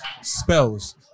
spells